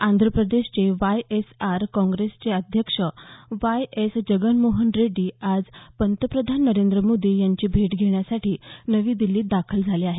आंध्र प्रदेशचे Y S R काँप्रेसचे अध्यक्ष वाय एस जगन मोहन रेड्डी आज पंतप्रधान नरेंद्र मोदी यांची भेट घेण्यासाठी नवी दिल्लीत दाखल झाले आहेत